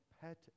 pet